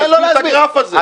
שיסביר את הגרף הזה,